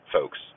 folks